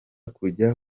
kujya